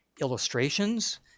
illustrations